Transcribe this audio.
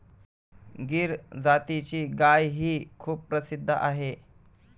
गीर जातीची गायही खूप प्रसिद्ध आहे